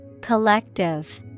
Collective